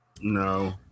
No